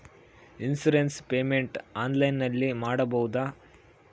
Insurance payment ಆನ್ಲೈನಿನಲ್ಲಿ ಮಾಡಬಹುದಾ?